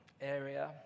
area